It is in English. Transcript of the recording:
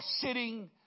sitting